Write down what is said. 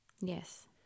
Yes